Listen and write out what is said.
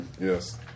Yes